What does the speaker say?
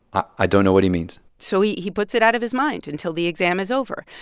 i don't know what he means so he he puts it out of his mind until the exam is over.